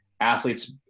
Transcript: athletes